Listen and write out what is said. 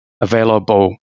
available